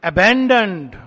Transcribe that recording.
Abandoned